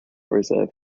reserve